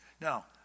Now